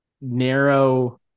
narrow